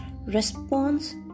response